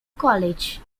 college